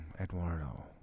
Eduardo